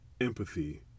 empathy